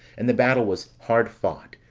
and the battle was hard fought,